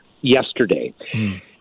yesterday